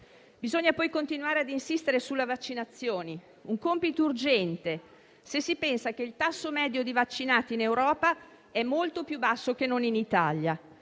Bisogna poi continuare a insistere sulle vaccinazioni: un compito urgente se si pensa che il tasso medio di vaccinati in Europa è molto più basso che non in Italia,